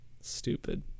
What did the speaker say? stupid